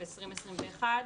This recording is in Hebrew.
2021,